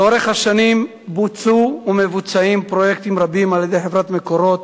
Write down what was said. לאורך השנים בוצעו ומבוצעים פרויקטים רבים על-ידי חברת "מקורות",